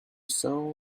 sow